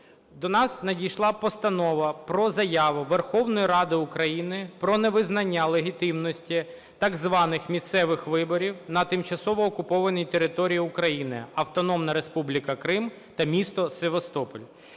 до нас надійшла Постанова про заяву Верховної Ради України про невизнання легітимності так званих місцевих виборів на тимчасово окупованій території України – Автономна Республіка Крим та місто Севастополь.